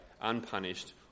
unpunished